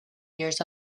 years